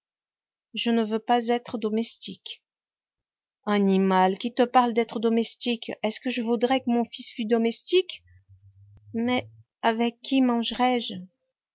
je ne veux pas être domestique animal qui te parle d'être domestique est-ce que je voudrais que mon fils fût domestique mais avec qui mangerai je